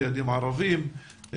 לילדים ערבים,